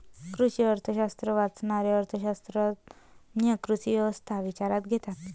कृषी अर्थशास्त्र वाचणारे अर्थ शास्त्रज्ञ कृषी व्यवस्था विचारात घेतात